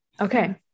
Okay